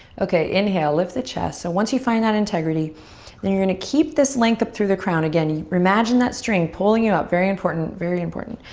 okay, inhale, lift the chest. so once you find that integrity then you're going to keep this length up through the crown again. imagine that string pulling you up, very important, very important.